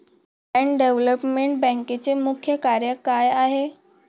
Land development बँकेचे मुख्य कार्य काय आहे?